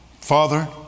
Father